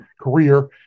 career